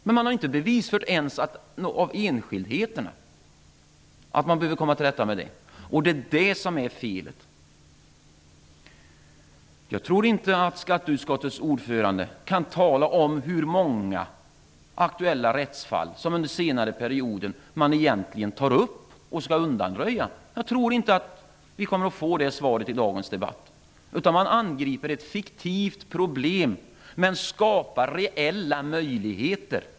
Men man har inte ens bevisfört enskildheterna, att man behöver komma till rätta med det. Det är det som är felet. Jag tror inte att skatteutskottets ordförande kan tala om hur många aktuella rättsfall från den aktuella perioden som man egentligen skall ta upp och undanröja. Jag tror inte att vi kommer att få något svar i dagens debatt. Man angriper ett fiktivt problem, men man skapar reella möjligheter.